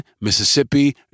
Mississippi